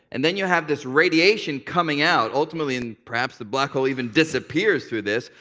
and then you have this radiation coming out, ultimately, and perhaps the black hole even disappears through this.